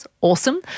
Awesome